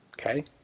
Okay